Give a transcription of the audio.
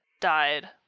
died